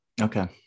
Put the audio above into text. Okay